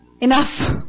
Enough